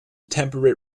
temperate